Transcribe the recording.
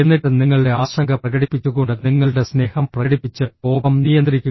എന്നിട്ട് നിങ്ങളുടെ ആശങ്ക പ്രകടിപ്പിച്ചുകൊണ്ട് നിങ്ങളുടെ സ്നേഹം പ്രകടിപ്പിച്ച് കോപം നിയന്ത്രിക്കുക